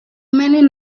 many